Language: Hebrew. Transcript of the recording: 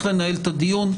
נמשיך לנהל את הדיון.